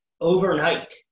overnight